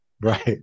Right